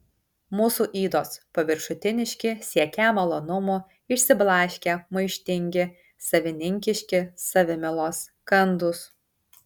mūsų ydos paviršutiniški siekią malonumų išsiblaškę maištingi savininkiški savimylos kandūs